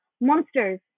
Monsters